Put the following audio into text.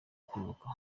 kwibuka